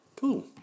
Cool